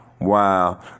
Wow